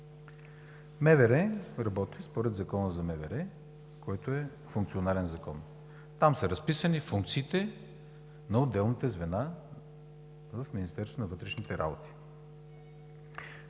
МВР работи според закона за МВР, който е функционален закон. Там са разписани функциите на отделните звена в Министерство на вътрешните работи,